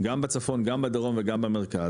גם בצפון גם בדרום וגם במרכז,